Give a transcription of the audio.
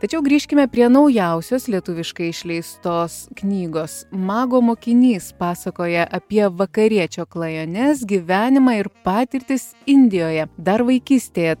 tačiau grįžkime prie naujausios lietuviškai išleistos knygos mago mokinys pasakoja apie vakariečio klajones gyvenimą ir patirtis indijoje dar vaikystėje